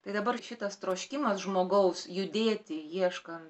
tai dabar šitas troškimas žmogaus judėti ieškant